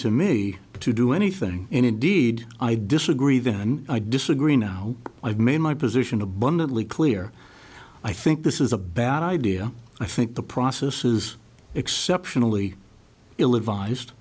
to me to do anything and indeed i disagree then i disagree now i've made my position abundantly clear i think this is a bad idea i think the process is exceptionally ill advised